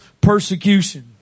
persecution